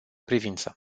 privință